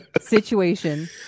situation